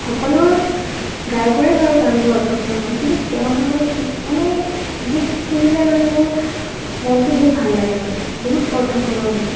সকলো গায়কৰে বাৰু গানবোৰ অৰ্থপূৰ্ণ হয় কিন্তু তেওঁৰ ভাগৰ মানে গীত শুনিলে মানে মোৰ মনটো বহুত ভাল লাগে মানে বহুত অৰ্থপূৰ্ণ গীত